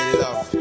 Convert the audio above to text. love